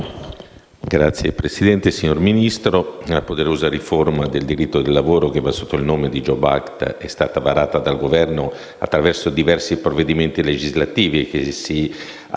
Signor Presidente, signor Ministro, la poderosa riforma del diritto del lavoro che va sotto il nome di *jobs act* è stata varata dal Governo attraverso diversi provvedimenti legislativi, che si attestano